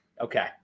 Okay